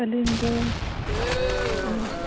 ᱟᱹᱞᱤᱧ ᱫᱚ